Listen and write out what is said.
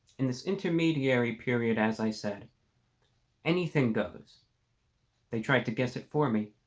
in this intermediary period as i said anything goes they tried to guess it for me.